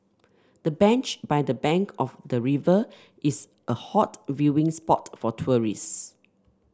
the bench by the bank of the river is a hot viewing spot for tourists